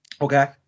Okay